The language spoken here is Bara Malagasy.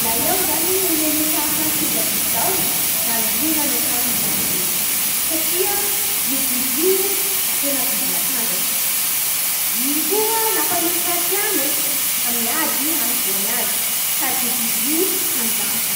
Laha aho zany nomen'olo fahafaha hiova biby zao da liona ny anakany no safidiko satria io biby io da tena biby matanjaky. I koa lafa misy raha tiagne da miady hahazahoany azy sady io biby io mpanjaka.